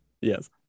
Yes